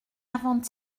avant